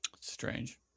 Strange